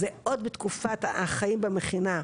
זה עוד בתקופת החיים במכינה,